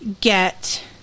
get